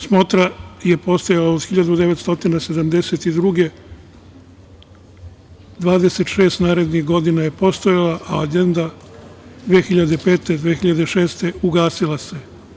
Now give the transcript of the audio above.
Smotra je postojala od 1972. godine, 26 narednih godina je postojala, a onda 2005, 2006. godine ugasila se.